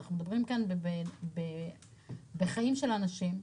אנחנו מדברים כאן בחיים של אנשים,